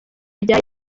rya